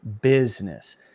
business